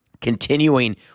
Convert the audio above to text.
Continuing